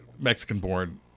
Mexican-born